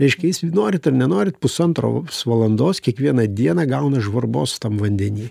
reiškia jis norit ar nenorit pusantro valandos kiekvieną dieną gauna žvarbos tam vandeny